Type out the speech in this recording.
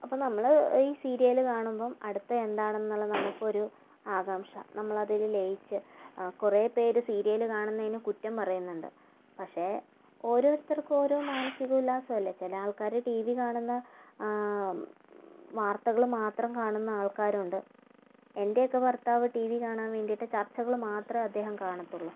അപ്പോൾ നമ്മള് ഈ സീരിയല് കാണുമ്പം അടുത്ത എന്താണെന്നുള്ള നമുക്കൊരു ആകാംക്ഷ നമ്മളതില് ലയിച്ച് കുറേ പേര് സീരിയല് കാണുന്നതിനു കുറ്റം പറയുന്നുണ്ട് പക്ഷേ ഓരോര്ത്തര്ക്കും ഓരോ മാനസിക ഉല്ലാസമല്ലേ ചില ആള്ക്കാര് ടി വി കാണുന്ന വാർത്തകള് മാത്രം കാണുന്ന ആള്ക്കാരുണ്ട് എന്റെയൊക്കെ ഭര്ത്താവ് ടി വി കാണാന് വേണ്ടിയിട്ട് ചര്ച്ചകള് മാത്രമേ അദ്ദേഹം കാണത്തുള്ളൂ